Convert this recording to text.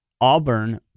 Auburn